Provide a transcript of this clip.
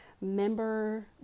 member